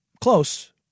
Close